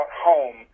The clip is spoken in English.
home